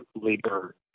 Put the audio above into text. labor